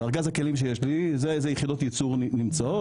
וארגז הכלים שיש לי זה איזה יחידות יצור נמצאות.